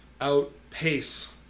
outpace